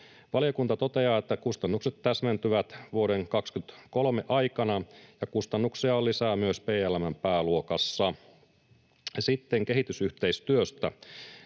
Valiokunta toteaa, että kustannukset täsmentyvät vuoden 23 aikana ja kustannuksia on lisää myös PLM:n pääluokassa. Sitten kehitysyhteistyöstä: